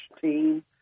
team